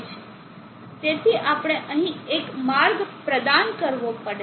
તેથી આપણે અહીં એક માર્ગ પ્રદાન કરવો પડશે